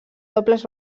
dobles